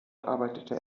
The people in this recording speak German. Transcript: arbeitete